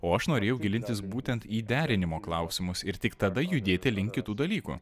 o aš norėjau gilintis būtent į derinimo klausimus ir tik tada judėti link kitų dalykų